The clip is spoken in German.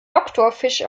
doktorfisch